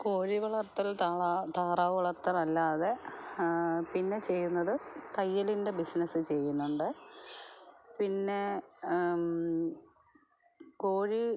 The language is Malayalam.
കോഴി വളർത്തൽ താറാവ് വളർത്തൽ അല്ലാതെ പിന്നെ ചെയ്യുന്നത് തയ്യലിൻ്റെ ബിസ്നസ്സ് ചെയ്യുന്നുണ്ട് പിന്നെ കോഴി